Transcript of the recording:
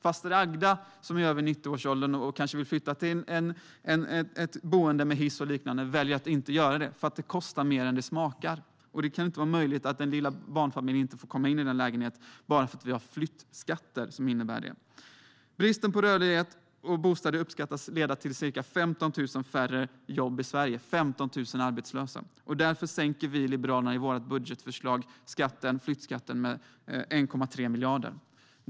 Faster Agda som är i 90-årsåldern och kanske vill flytta till ett boende med hiss och liknande väljer att inte göra det för att det kostar mer än det smakar. Det kan inte vara rimligt att en liten barnfamilj inte får komma in i en lägenhet bara för att vi har flyttskatter som leder till detta. Bristen på rörlighet och bostäder uppskattas leda till ca 15 000 färre jobb i Sverige - 15 000 arbetslösa. Därför sänker vi i Liberalerna i vårt budgetförslag flyttskatten med 1,3 miljarder.